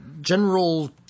General